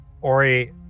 Ori